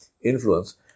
influence